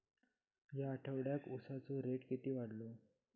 या आठवड्याक उसाचो रेट किती वाढतलो?